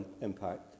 impact